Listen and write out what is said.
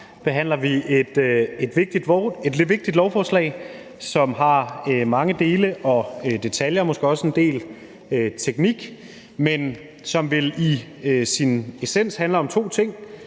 behandler vi et vigtigt lovforslag, som indeholder mange dele og detaljer og måske også en del teknik, men som vel i sin essens handler om to ting.